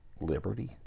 liberty